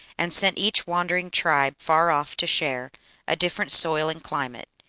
and sent each wandering tribe far off to share a different soil and climate.